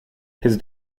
his